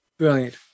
brilliant